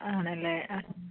ആണല്ലേ ആ ആ